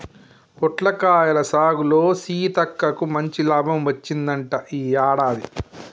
పొట్లకాయల సాగులో సీతక్కకు మంచి లాభం వచ్చిందంట ఈ యాడాది